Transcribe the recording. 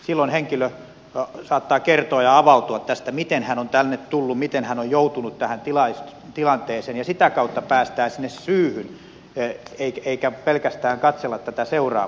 silloin henkilö saattaa kertoa ja avautua tästä miten hän on tänne tullut miten hän on joutunut tähän tilanteeseen ja sitä kautta päästään sinne syyhyn eikä pelkästään katsella tätä seuraamusta tässä